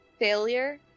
failure